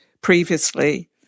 previously